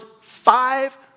five